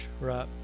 right